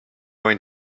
going